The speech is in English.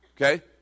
Okay